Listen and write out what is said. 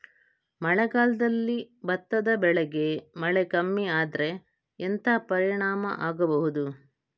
ಮಳೆಗಾಲದಲ್ಲಿ ಭತ್ತದ ಬೆಳೆಗೆ ಮಳೆ ಕಮ್ಮಿ ಆದ್ರೆ ಎಂತ ಪರಿಣಾಮ ಆಗಬಹುದು?